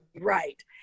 Right